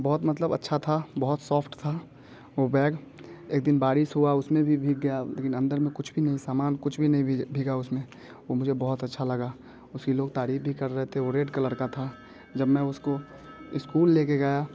बहुत मतलब अच्छा था बहुत सॉफ्ट था वो बैग एक दिन बारिश हुआ उसमें भी भीग गया लेकिन अंदर में कुछ भी नहीं सामान कुछ भी नहीं भीगा उसमें वो मुझे बहुत अच्छा लगा उसकी लोग तारीफ़ भी कर रहे थे वो रेड कलर का था जब मैं उसको इस्कूल ले कर गया